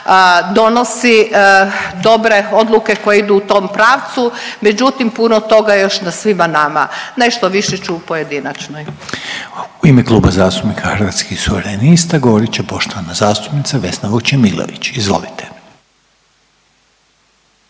donosi dobre odluke koje idu u tom pravcu, međutim puno toga je još na svima nama. Nešto više ću u pojedinačnoj. **Reiner, Željko (HDZ)** U ime Kluba zastupnika Hrvatskih suverenista, govorit će poštovana zastupnica Vesna Vučemilović. Izvolite.